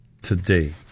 today